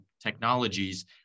Technologies